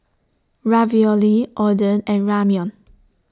Ravioli Oden and Ramyeon